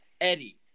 Eddie